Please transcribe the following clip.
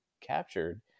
captured